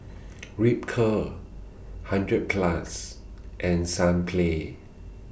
Ripcurl hundred Plus and Sunplay